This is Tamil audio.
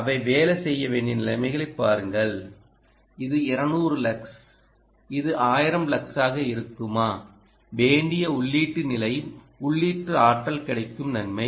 அவை வேலை செய்ய வேண்டிய நிலைமைகளைப் பாருங்கள் இது 200 லக்ஸ் இது 1000 லக்ஸ் ஆக இருக்குமாவேண்டிய உள்ளீட்டு நிலை உள்ளீட்டு ஆற்றல் கிடைக்கும் தன்மை